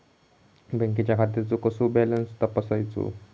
बँकेच्या खात्याचो कसो बॅलन्स तपासायचो?